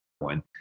One